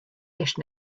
dish